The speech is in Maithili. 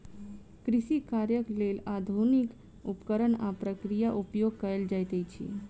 कृषि कार्यक लेल आधुनिक उपकरण आ प्रक्रिया उपयोग कयल जाइत अछि